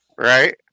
Right